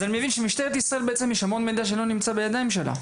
אני מבין שבעצם יש המון מידע שלא נמצא בידי משטרת ישראל .